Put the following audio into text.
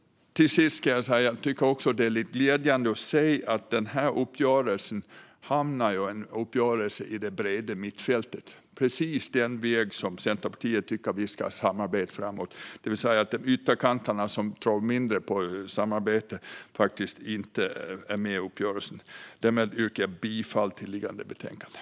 Till sist kan jag säga att jag tycker att det är lite glädjande att se att den här uppgörelsen blev en uppgörelse i det breda mittfältet. Det är precis den väg som Centerpartiet tycker att vi ska samarbeta på framåt, det vill säga att ytterkanterna som tror mindre på samarbete faktiskt inte är med i uppgörelsen. Jag yrkar därmed bifall till förslaget i betänkandet.